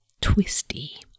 twisty